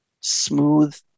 smooth